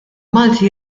malti